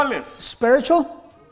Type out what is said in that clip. Spiritual